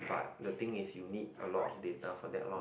but the thing is you need a lot of data for them lor